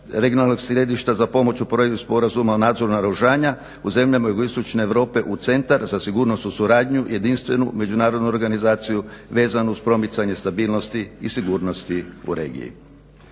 regionalnog središta za pomoć u provođenju Sporazuma o nadzoru naoružanja u zemljama jugoistočne Europe u Centar za sigurnosnu suradnju, jedinstvenu međunarodnu organizaciju vezano uz promicanje stabilnosti i sigurnosti u regiji.